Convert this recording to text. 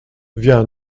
viens